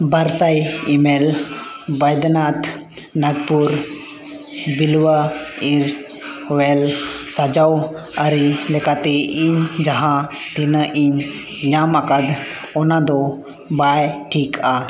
ᱵᱟᱨ ᱥᱟᱭ M L Baidyanath Nagpur ᱵᱤᱞᱣᱟ hair oil ᱥᱟᱡᱟᱣ ᱟᱹᱨᱤ ᱞᱮᱠᱟᱛᱮ ᱤᱧ ᱡᱟᱦᱟᱸ ᱛᱤᱱᱟᱹᱜ ᱤᱧ ᱧᱟᱢ ᱟᱠᱟᱫ ᱚᱱᱟ ᱫᱚ ᱵᱟᱝ ᱴᱷᱤᱠᱼᱟ